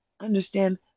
Understand